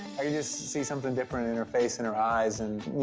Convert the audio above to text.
just see something different in her face and her eyes. and, you